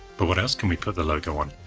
but what else can we put the logo on?